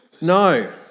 No